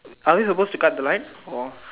are we supposed to cut the line